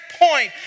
point